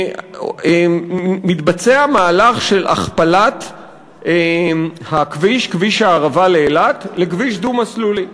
מתבצע מהלך של הכפלת כביש הערבה לאילת לכביש דו-מסלולי.